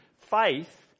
faith